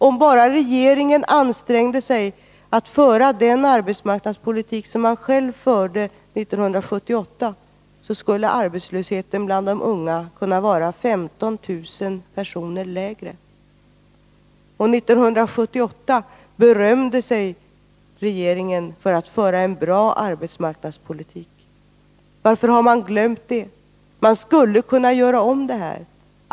Om bara regeringen ansträngde sig att nu föra den arbetsmarknadspolitik som man själv förde 1978, skulle arbetslösheten bland de unga kunna vara 15 000 personer lägre. År 1978 berömde sig regeringen för att föra en bra arbetsmarknadspolitik. Varför har man glömt det? Man skulle kunna göra om det här.